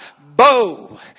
bow